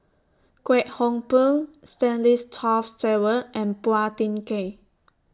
Kwek Hong Png Stanley Toft Stewart and Phua Thin Kiay